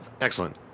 Excellent